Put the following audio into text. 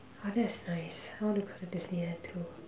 !wow! that's nice I want to go to Disneyland too